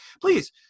please